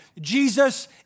Jesus